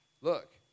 look